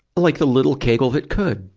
like the little kegel that could.